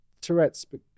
Tourettes